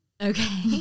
Okay